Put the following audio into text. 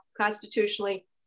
constitutionally